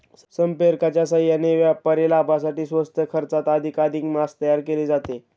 संप्रेरकांच्या साहाय्याने व्यापारी लाभासाठी स्वस्त खर्चात अधिकाधिक मांस तयार केले जाते